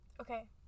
Okay